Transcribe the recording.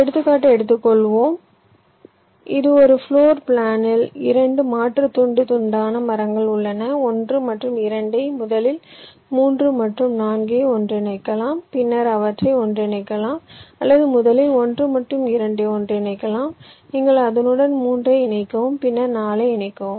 ஒரு எடுத்துக்காட்டை எடுத்துக்கொள்வோம் இது ஒரு பிளோர் பிளானில் இரண்டு மாற்று துண்டு துண்டான மரங்கள் உள்ளன 1 மற்றும் 2 ஐ முதலிலும் 3 மற்றும் 4 ஐ ஒன்றிணைக்கலாம் பின்னர் அவற்றை ஒன்றிணைக்கலாம் அல்லது முதலில் 1 மற்றும் 2 ஐ ஒன்றிணைக்கலாம் அதனுடன் 3 ஐ இணைக்கவும் பின்னர் 4 ஐ இணைக்கவும்